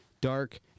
dark